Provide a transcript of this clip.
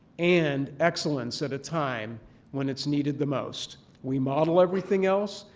and excellence at a time when it's needed the most. we model everything else.